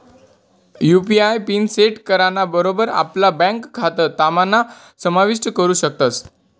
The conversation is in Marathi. यू.पी.आय पिन सेट कराना बरोबर आपला ब्यांक खातं त्यानाम्हा समाविष्ट करू शकतस